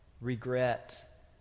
regret